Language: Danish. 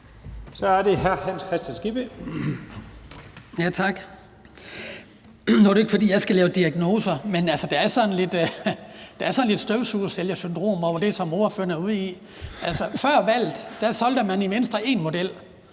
Kl. 17:22 Hans Kristian Skibby (DD): Tak. Nu er det ikke, fordi jeg skal stille diagnoser, men der er sådan lidt støvsugersælgersyndrom over det, som ordføreren er ude i. Altså, før valget solgte man i Venstre én model.